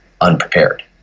unprepared